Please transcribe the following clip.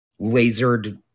lasered